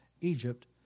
Egypt